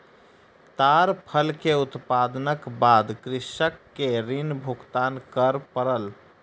ताड़ फल के उत्पादनक बाद कृषक के ऋण भुगतान कर पड़ल